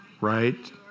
right